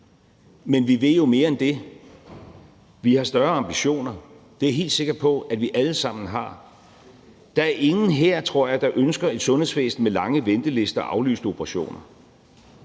Men vi vil jo mere end det. Vi har større ambitioner – det er jeg helt sikker på at vi alle sammen har. Der er ingen her, tror jeg, der ønsker et sundhedsvæsen med lange ventelister og aflyste operationer.